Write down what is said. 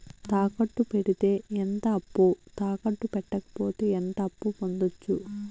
తాకట్టు పెడితే ఎంత అప్పు, తాకట్టు పెట్టకపోతే ఎంత అప్పు పొందొచ్చు?